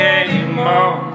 anymore